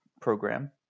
program